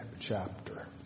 chapter